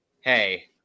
hey